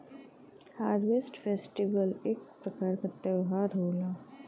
harvest festival एक प्रकार क त्यौहार होला